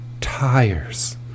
tires